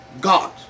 God